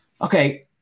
Okay